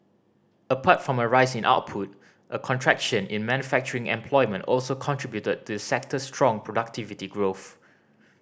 apart from a rise in output a contraction in manufacturing employment also contributed to the sector's strong productivity growth